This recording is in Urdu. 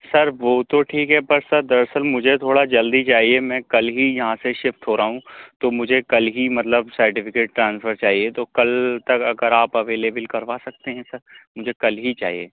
سر وہ تو ٹھیک ہے پر سر دراصل مجھے تھوڑا جلدی چاہیے میں کل ہی یہاں سے شفٹ ہو رہا ہوں تو مجھے کل ہی مطلب سرٹیفکٹ ٹرانسفر چاہیے تو کل تک اگر آپ اویلیبل کروا سکتے ہیں سر مجھے کل ہی چاہیے